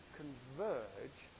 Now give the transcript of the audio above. converge